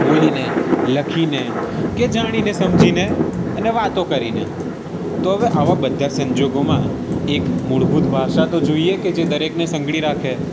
બોલીને લખીને કે જાણીને સમજીને અને વાતો કરીને તો હવે આવા બધા સંજોગોમાં એક મૂળભૂત ભાષા તો જોઈએ કે જે દરેકને સાંકળી રાખે